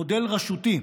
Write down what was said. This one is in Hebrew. מודל רשותי,